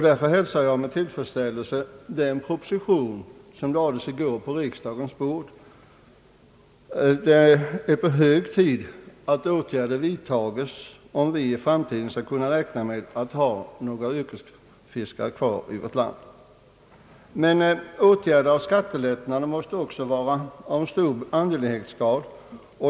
Därför hälsar jag med tillfredsställelse den proposition som i går lades på riksdagens bord. Det är hög tid att åtgärder vidtas om vi skall kunna räkna med att i framtiden ha några yrkesfiskare kvar i vårt land. Men skattelättnader måste också vara av stor angelägenhetsgrad.